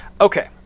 Okay